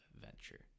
venture